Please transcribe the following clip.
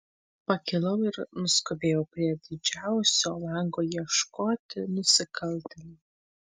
pakilau ir nuskubėjau prie didžiausio lango ieškoti nusikaltėlio